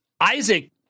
Isaac